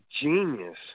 genius